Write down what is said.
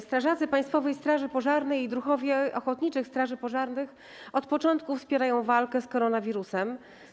Strażacy Państwowej Straży Pożarnej i druhowie ochotniczych straży pożarnych od początku wspierają walkę z koronawirusem.